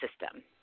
system